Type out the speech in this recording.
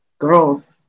girls